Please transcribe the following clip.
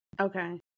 Okay